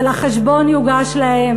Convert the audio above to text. אבל החשבון יוגש להם,